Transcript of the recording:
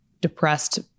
depressed